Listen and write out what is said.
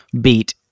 beat